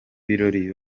birori